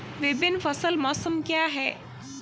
विभिन्न फसल मौसम क्या हैं?